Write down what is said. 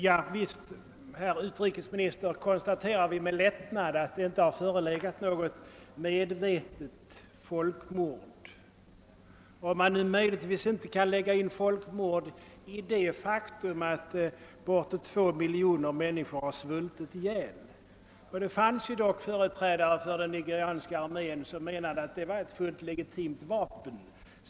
Herr talman! Visst konstaterar vi med lättnad att det inte har förekommit något medvetet folkmord, om man nu inte skall använda ordet folkmord om att bortåt två miljoner människor svultit ihjäl. Det fanns dock företrädare för den nigerianska armén som menade att svält var ett fullt legitimt vapen.